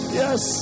yes